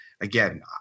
again